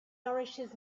nourishes